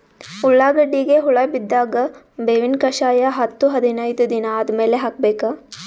ಉಳ್ಳಾಗಡ್ಡಿಗೆ ಹುಳ ಬಿದ್ದಾಗ ಬೇವಿನ ಕಷಾಯ ಹತ್ತು ಹದಿನೈದ ದಿನ ಆದಮೇಲೆ ಹಾಕಬೇಕ?